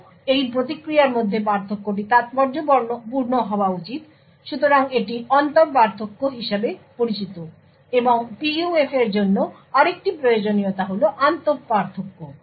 আরও এই প্রতিক্রিয়ার মধ্যে পার্থক্যটি তাৎপর্যপূর্ণ হওয়া উচিত সুতরাং এটি অন্তর পার্থক্য হিসাবে পরিচিত এবং PUF এর জন্য আরেকটি প্রয়োজনীয়তা হল আন্তঃ পার্থক্য